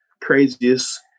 craziest